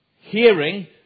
hearing